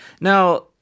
Now